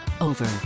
over